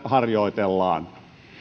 harjoitellaan